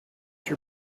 your